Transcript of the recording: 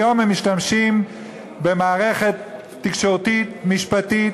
היום הם משתמשים במערכת תקשורתית משפטית,